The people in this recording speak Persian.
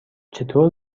چطور